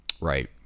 Right